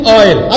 oil